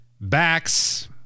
backs